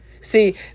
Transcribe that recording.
See